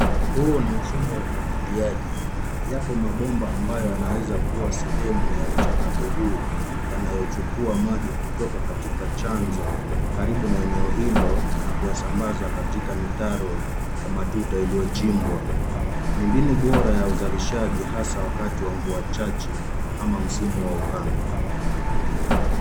Huu ni mfumo wa umwagiliaji yapo mabomba ambayo yanayoweza kuwa sehemu ya uchakato huu yanayochukua maji kutoka katika chanzo karibu na eneo hilo na kusambaza katika mitaro ya matuta yaliyoshimbwa. Ni mbinu bora ya uzalishaji hasa wakati wa mvua chache ama msimu wa ukame.